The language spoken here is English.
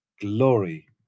glory